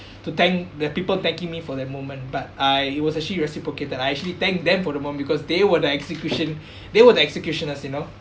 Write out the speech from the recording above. to thank the people thanking me for that moment but I it was actually reciprocated I actually thank them for the moment because they were the execution they were the executioners you know